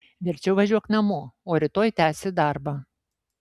verčiau važiuok namo o rytoj tęsi darbą